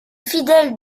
fidèle